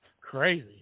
Crazy